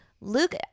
Luke